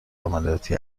عملیاتی